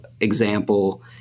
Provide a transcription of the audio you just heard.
example